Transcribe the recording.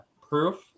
proof